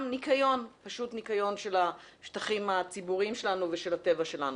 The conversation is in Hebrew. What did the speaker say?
ניקיון פשוט ניקיון של השטחים הציבוריים שלנו ושל הטבע שלנו.